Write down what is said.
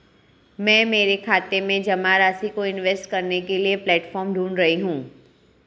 मैं मेरे खाते में जमा राशि को इन्वेस्ट करने के लिए प्लेटफॉर्म ढूंढ रही हूँ